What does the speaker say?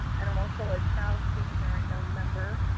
and i'm also a proud shape america member.